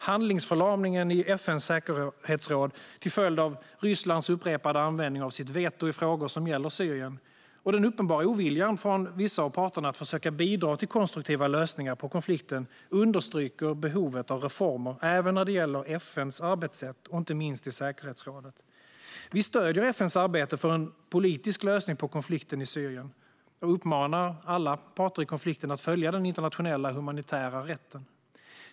Handlingsförlamningen i FN:s säkerhetsråd till följd av Rysslands upprepade användning av sitt veto i frågor som gäller Syrien och den uppenbara oviljan från vissa av parterna att försöka bidra till konstruktiva lösningar på konflikten understryker behovet av reformer även när det gäller FN:s arbetssätt och inte minst i säkerhetsrådet. Vi stöder FN:s arbete för en politisk lösning på konflikten i Syrien och uppmanar alla parter i konflikten att följa den internationella humanitära rätten.